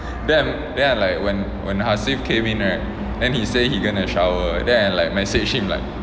then then I like like when hasif came in right then he say he gonna shower then I like message him like